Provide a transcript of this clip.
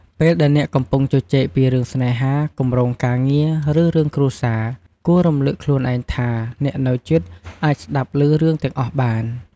ពេលដែលអ្នកកំពុងជជែកពីរឿងស្នេហា គម្រោងការងារ ឬ រឿងគ្រួសារ គួររំលឹកខ្លួនឯងថាអ្នកនៅជិតអាចស្ដាប់លឺរឿងទាំងអស់បាន។